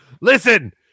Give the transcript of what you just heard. Listen